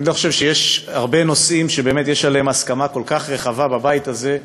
אני לא חושב שיש הרבה נושאים שיש עליהם הסכמה כל כך רחבה בבית הזה,